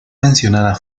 mencionada